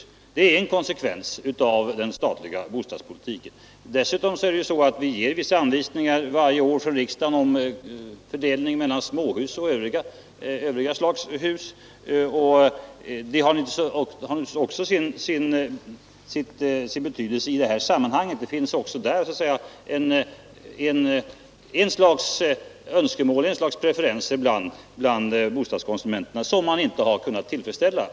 Denna situation är en konsekvens av den statliga bostadspolitiken. Dessutom ger vi vissa anvisningar varje år från riksdagen om fördelning mellan småhus och övriga slags hus. Det har naturligtvis också sin betydelse i det här sammanhanget. Bostadskonsumenternas önskemål har inte kunnat tillfredsställas.